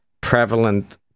prevalent